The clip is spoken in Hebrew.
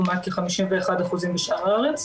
לעומת כ-51% בשאר הארץ.